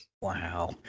Wow